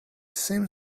seemed